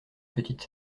petite